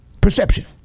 Perception